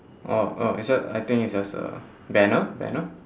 oh oh it's jus~ I think it's just a banner banner